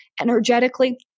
Energetically